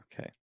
Okay